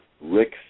Rick